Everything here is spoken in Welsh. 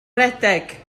redeg